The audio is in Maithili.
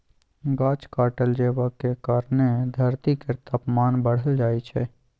गाछ काटल जेबाक कारणेँ धरती केर तापमान बढ़ल जाइ छै